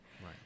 right